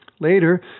Later